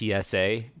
TSA